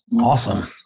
Awesome